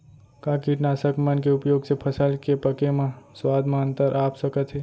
का कीटनाशक मन के उपयोग से फसल के पके म स्वाद म अंतर आप सकत हे?